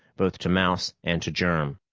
both to mouse and to germ.